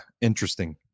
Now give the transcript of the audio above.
interesting